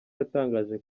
yatangaje